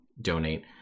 donate